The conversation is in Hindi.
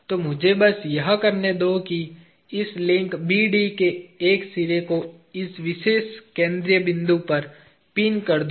तो मुझे बस यह करने दो की इस लिंक BD के एक सिरे को इस विशेष केंद्रीय बिंदु पर पिन कर दू